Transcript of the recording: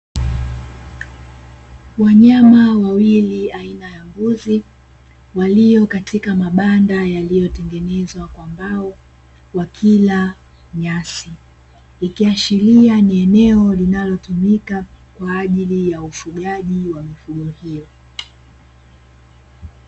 Wanyama wawili aina ya mbuzi walio katika mabanda yaliyotengenezwa kwa mbao wakila nyasi, ikiashiria ni eneo linalotumika kwa ajili ya ufugaji wa mifugo hiyo.